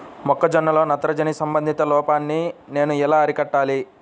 మొక్క జొన్నలో నత్రజని సంబంధిత లోపాన్ని నేను ఎలా అరికట్టాలి?